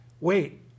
wait